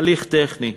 הליך טכני.